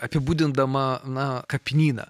apibūdindama na kapinyną